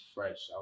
Fresh